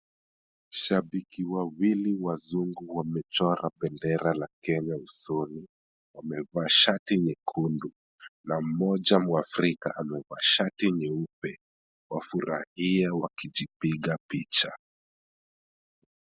Shabiki wawili wazungu wamechora bendera la Kenya usoni, wamevaa shati nyekundu na mmoja mwafrika amevaa shati nyeupe. Wafurahia wakijipiga picha.